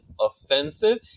offensive